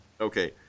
Okay